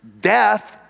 death